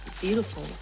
Beautiful